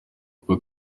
kuko